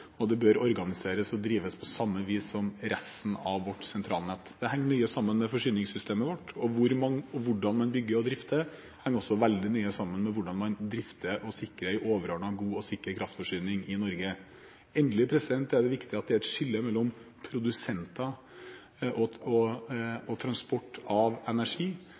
og det bør organiseres og drives på samme vis som resten av vårt sentralnett. Det henger nøye sammen med forsyningssystemet vårt. Hvordan man bygger og drifter det, henger også veldig nøye sammen med hvordan man drifter og sikrer en overordnet, god og sikker kraftforsyning i Norge. Endelig er det viktig at det er et skille mellom produsenter og transport av energi.